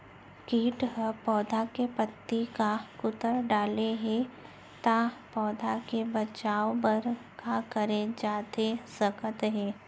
किट ह पौधा के पत्ती का कुतर डाले हे ता पौधा के बचाओ बर का करे जाथे सकत हे?